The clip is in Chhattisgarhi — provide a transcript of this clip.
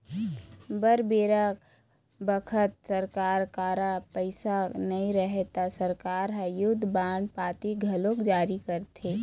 बर बेरा बखत सरकार करा पइसा नई रहय ता सरकार ह युद्ध बांड पाती घलोक जारी करथे